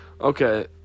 Okay